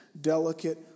delicate